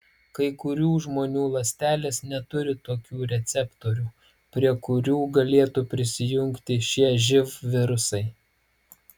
kai kurių žmonių ląstelės neturi tokių receptorių prie kurių galėtų prisijungti šie živ virusai